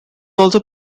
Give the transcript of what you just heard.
also